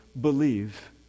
believe